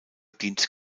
dient